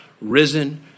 risen